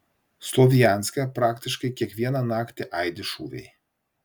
slovjanske praktiškai kiekvieną naktį aidi šūviai